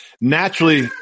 Naturally